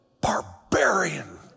barbarian